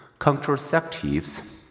contraceptives